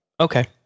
Okay